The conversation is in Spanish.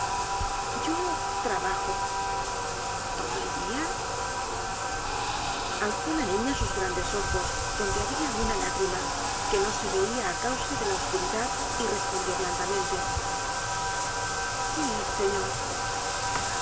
yo trabajo todo el dia alzó la niña sus grandes ojos donde habia una lágrima que no se veia á causa de la oscuridad y respondió blandamente sí señor despues